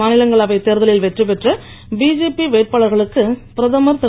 மாநிலங்களவைத் தேர்தலில் வெற்றி பெற்ற பிஜேபி வேட்பாளர்களுக்கு பிரதமர் திரு